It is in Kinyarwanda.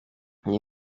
iyi